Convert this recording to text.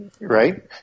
right